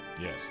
yes